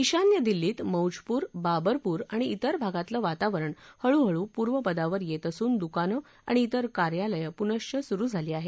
ईशान्य दिल्लीत मौजपूर बाबरपूर आणि ित्रर भागातलं वातावरण हळूहळू पूर्वपदावर येत असून दुकानं आणि ित्रर कार्यालय पुनःश्व सुरू झाली आहेत